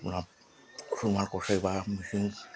সোণোৱাল কছাৰী বা মিচিং